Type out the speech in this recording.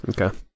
Okay